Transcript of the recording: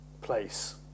place